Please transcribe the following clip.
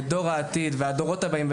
והדורות הבאים,